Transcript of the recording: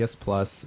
Plus